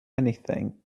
anything